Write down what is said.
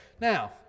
Now